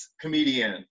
comedian